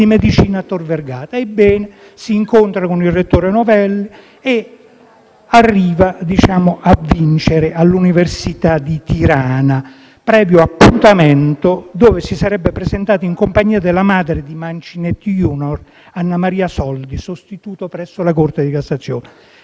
medicina a Tor Vergata. Ebbene, si incontra con il rettore Novelli e arriva a vincere all'università di Tirana, previo appuntamento, dove si sarebbe presentato in compagnia della madre di Mancinetti *junior*, Anna Maria Soldi, sostituto presso la Corte di cassazione.